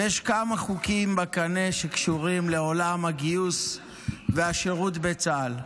ויש כמה חוקים בקנה שקשורים לעולם הגיוס והשירות בצה"ל.